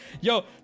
Yo